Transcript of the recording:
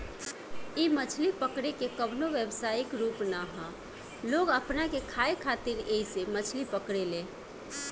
इ मछली पकड़े के कवनो व्यवसायिक रूप ना ह लोग अपना के खाए खातिर ऐइसे मछली पकड़े ले